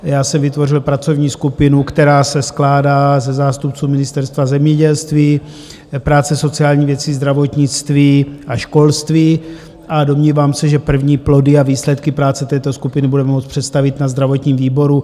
Já jsem vytvořil pracovní skupinu, která se skládá ze zástupců Ministerstva zemědělství, práce a sociální věcí, zdravotnictví a školství, a domnívám se, že první plody a výsledky práce této skupiny budeme moct představit na zdravotním výboru.